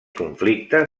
conflicte